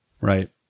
right